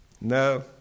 No